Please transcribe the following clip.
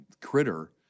critter